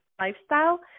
Lifestyle –